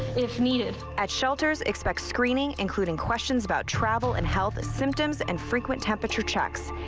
if needed at shelters expect screening, including questions about travel and health symptoms and frequent temperature checks.